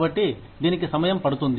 కాబట్టి దీనికి సమయం పడుతుంది